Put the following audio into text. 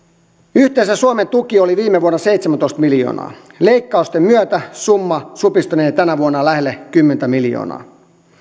yhteensä suomen tuki oli viime vuonna seitsemäntoista miljoonaa leikkausten myötä summa supistunee tänä vuonna lähelle kymmentä miljoonaa